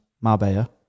Marbella